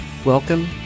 Welcome